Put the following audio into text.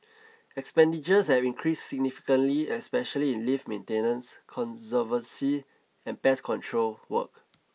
expenditures have increased significantly especially in lift maintenance conservancy and pest control work